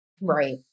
Right